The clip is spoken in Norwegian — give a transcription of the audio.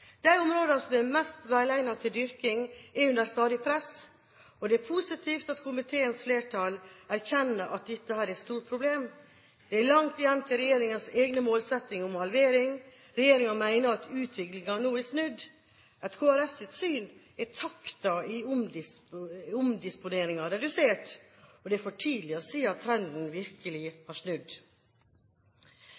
De områdene som er mest velegnet til dyrking, er under stadig press. Det er positivt at komiteens flertall erkjenner at dette er et stort problem. Det er langt igjen til regjeringens egen målsetting om en halvering. Regjeringen mener at utviklingen nå er snudd. Etter Kristelig Folkepartis syn er takten i omdisponeringen redusert, og det er for tidlig å si at trenden virkelig